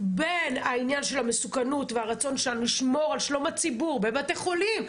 בין העניין של המסוכנות והרצון שלנו לשמור על שלום הציבור בבתי חולים,